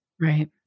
Right